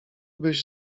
byś